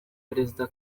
perezida